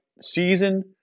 season